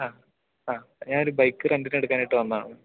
ആ ആ ഞാനൊരു ബൈക്ക് റെൻ്റിന് എടുക്കാനായിട്ട് വന്നതാണ്